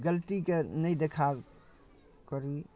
गलतीके नहि देखाब करी